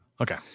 Okay